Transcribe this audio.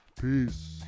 Peace